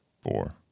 four